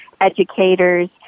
educators